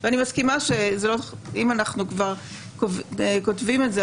אני מסכימה שאם אנחנו כבר כותבים את זה,